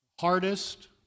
Hardest